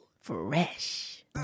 Fresh